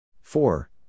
Four